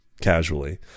casually